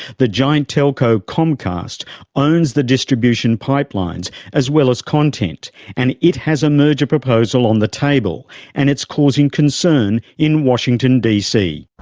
the giant telco comcast owns the distribution pipelines as well as content and it has a merger proposal on the table and it's causing concern in washington dc.